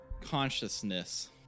consciousness